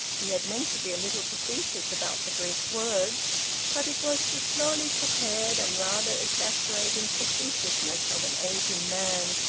he had meant to be a little facetious about the greek words but it was the slowly prepared and rather exasperating facetiousness of an ageing man,